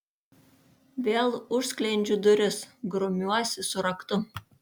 vėl užsklendžiu duris grumiuosi su raktu